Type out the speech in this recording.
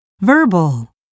Verbal